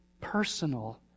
personal